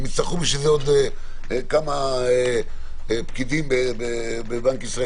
אם יצטרכו בשביל זה עוד כמה פקידים בבנק ישראל